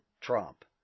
Trump